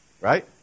Right